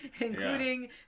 including